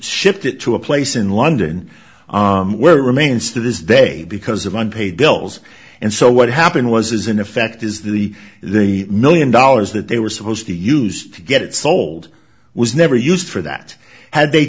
it to a place in london where it remains to this day because of unpaid bills and so what happened was is in effect is the the million dollars that they were supposed to use to get it sold was never used for that had they